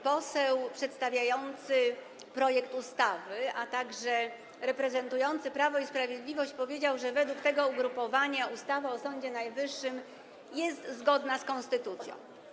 Poseł przedstawiający projekt ustawy, który reprezentował Prawo i Sprawiedliwość, powiedział, że według tego ugrupowania ustawa o Sądzie Najwyższym jest zgodna z konstytucją.